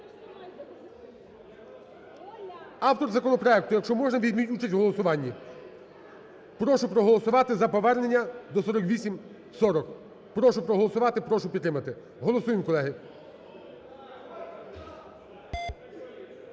Автор законопроекту, якщо можна, візьміть участь в голосуванні. Прошу проголосувати за повернення до 4840. Прошу проголосувати. Прошу підтримати. Голосуємо, колеги.